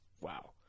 wow